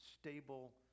stable